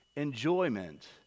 enjoyment